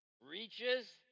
reaches